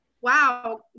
wow